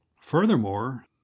Furthermore